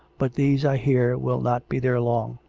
but these, i hear, will not be there long.